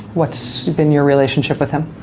what's and your relationship with him?